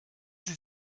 sie